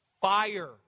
fire